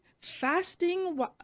fasting